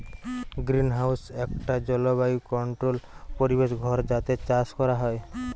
greenhouse একটা জলবায়ু controlled পরিবেশ ঘর যাতে চাষ কোরা হয়